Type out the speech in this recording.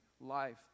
life